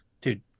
dude